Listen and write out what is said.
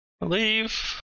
leave